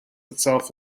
itself